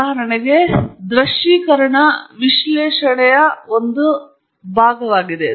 ಉದಾಹರಣೆಗೆ ದೃಶ್ಯೀಕರಣ ವಿಶ್ಲೇಷಣೆಯ ಒಂದು ಭಾಗವಾಗಿದೆ